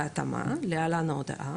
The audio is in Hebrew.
בהתאמה (להלן- ההודעה),